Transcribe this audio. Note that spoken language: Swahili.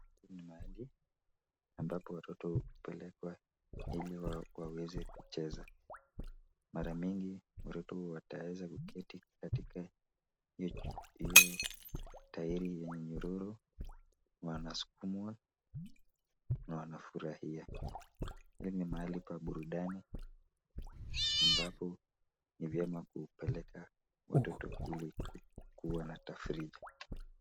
Ni Mahali ambapo watoto hupelekwa wazeweze kucheza, mara mingi watoto wataweza kuketi katika hiyo taeri yenye nyororo na wanasukumwa na wanafurahia ni Mahali pa burudani ambapo ni vyema kumpeleka watoto ili kuwa na tafrija